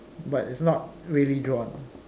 but its not really drawn